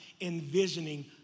Envisioning